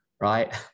Right